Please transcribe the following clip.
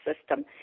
system